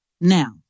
Now